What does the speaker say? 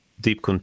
deep